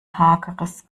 hageres